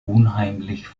unheimlich